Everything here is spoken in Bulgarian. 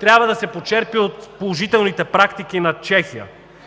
Трябва да се почерпи от положителните практики на Чехия,